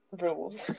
rules